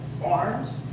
farms